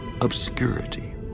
obscurity